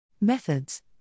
Methods